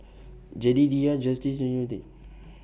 Jedidiah Justice